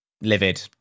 Livid